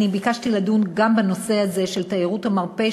גם בנושא הזה של תיירות המרפא,